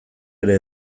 ere